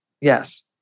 Yes